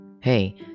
Hey